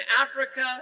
Africa